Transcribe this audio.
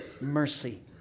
mercy